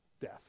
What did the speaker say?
death